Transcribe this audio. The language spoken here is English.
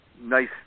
nice